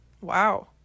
Wow